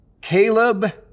Caleb